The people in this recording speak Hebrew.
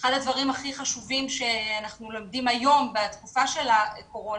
אחד הדברים הכי חשובים שאנחנו לומדים היום בתקופת הקורונה